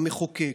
המחוקק,